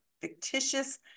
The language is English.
fictitious